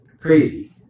crazy